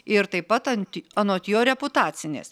ir taip pat ant anot jo reputacinės